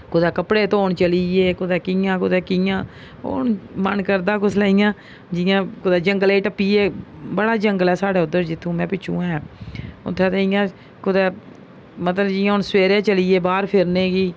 कुदै कपड़े धोन चली ए कुदै कि'यां कुदै कि'यां हून मन करदा कुसलै इ'यां जि'यां कुदै जंगलें ई टप्पी ए बड़ा जंगल ऐ साढ़े उद्धर जित्थूं में पिच्छूं ऐ उत्थै ते इ'यां कुदै मतलब जि'यां हून सवेरे चली ऐ बाह्र फिरने गी